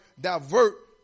divert